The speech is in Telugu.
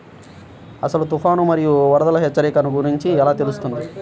అసలు తుఫాను మరియు వరదల హెచ్చరికల గురించి ఎలా తెలుస్తుంది?